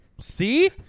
See